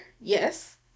Yes